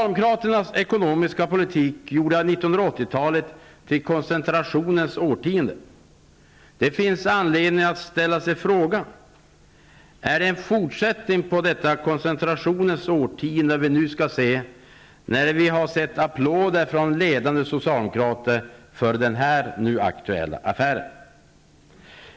1980-talet till koncentrationens årtionde. Det finns anledning att ställa sig frågan: Är det en fortsättning på detta koncentrationens årtionde som vi nu skall se när vi har hört applåder från ledande socialdemokrater för den nu aktuella affären?